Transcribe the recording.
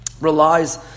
relies